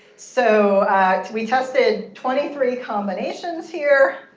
so we tested twenty three combinations here.